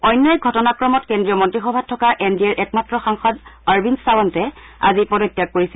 অন্য এক ঘটনাসূচীত কেন্দ্ৰীয় মন্ত্ৰীসভাত থকা এন ডি এৰ একমাত্ৰ সাংসদ অৰবিন্দ সাৱন্তে আজি পদত্যাগ কৰিছে